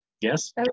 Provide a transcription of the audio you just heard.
Yes